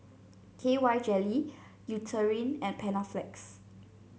K Y Jelly Eucerin and Panaflex